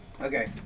Okay